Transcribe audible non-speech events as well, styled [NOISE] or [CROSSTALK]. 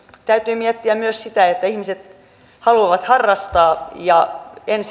täytyy miettiä myös sitä että ihmiset haluavat harrastaa ja en [UNINTELLIGIBLE]